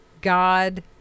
God